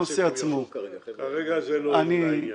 כרגע זה לא לעניין.